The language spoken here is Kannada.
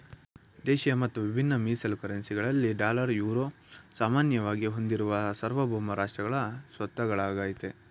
ದೇಶಿಯ ಮತ್ತು ವಿಭಿನ್ನ ಮೀಸಲು ಕರೆನ್ಸಿ ಗಳಲ್ಲಿ ಡಾಲರ್, ಯುರೋ ಸಾಮಾನ್ಯವಾಗಿ ಹೊಂದಿರುವ ಸಾರ್ವಭೌಮ ರಾಷ್ಟ್ರಗಳ ಸ್ವತ್ತಾಗಳಾಗೈತೆ